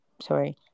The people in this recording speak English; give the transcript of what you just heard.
Sorry